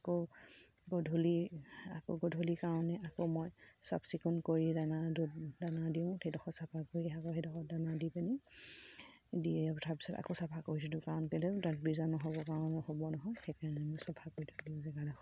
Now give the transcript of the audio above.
আকৌ গধূলি আকৌ গধূলিৰ কাৰণে আকৌ মই চাফ চিকুণ কৰি দানা দানা দিওঁ সেইডোখৰ চাফা কৰি আকৌ সেইডোখৰত দানা দি পিনি দি উঠা পাছত আকৌ চাফা কৰিছিলোঁ কাৰণ কেলৈ তাত বীজাণু নহ'ব হ'ব নহয় সেইকাৰণে মই চাফা কৰি থওঁ জেগাডোখৰ